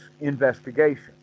investigation